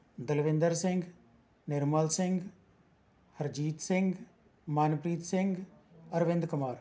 Dalvinder Singh Nirmal Singh Harjeet Singh Manpreet Singh Arvind Kumar